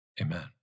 Amen